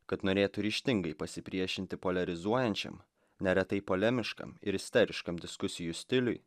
kad norėtų ryžtingai pasipriešinti poliarizuojančias neretai polemiškam ir isteriškam diskusijų stiliui